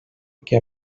que